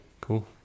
Cool